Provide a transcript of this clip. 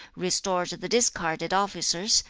restored the discarded officers,